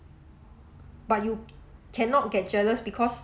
but you cannot get jealous because